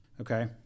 okay